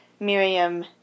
Miriam